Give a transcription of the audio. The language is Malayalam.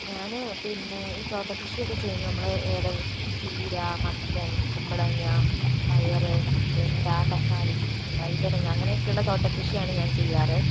ഞാന് പിന്നെ ഈ തോട്ടകൃഷിയൊക്കെ ചെയ്യും നമ്മളുടെ ചീര മത്തൻ കുമ്പളങ്ങ പയറ് വെണ്ട തക്കാളി വഴുതനങ്ങ അങ്ങനെയൊക്കെയുള്ള തോട്ടക്കൃഷിയാണ് ഞാൻ ചെയ്യാറ്